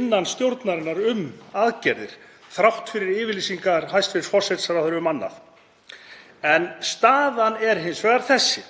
innan stjórnarinnar um aðgerðir þrátt fyrir yfirlýsingar hæstv. forsætisráðherra um annað. En staðan er hins vegar þessi: